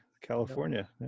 California